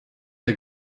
der